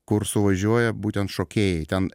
kur suvažiuoja būtent šokėjai ten